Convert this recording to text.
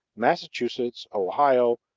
massachusetts, ohio,